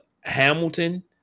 Hamilton